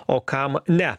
o kam ne